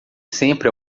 sempre